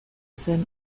zen